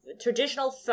traditional